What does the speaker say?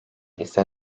ise